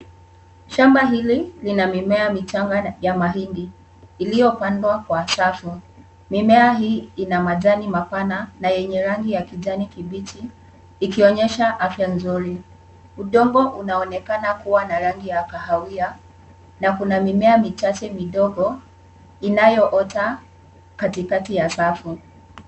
Shamba hili lina mimea michanga ya mahindi iliyopandwa kwa safu. Mimea hii ina majani mapana na yenye rangi ya kijani kibichi ikionyesha afya nzuri. Udongo unaonekana kuwa na rangi ya kahawia na kuna mimea michache midogo inayoota katikati ya safu.